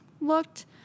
looked